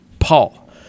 Paul